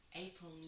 April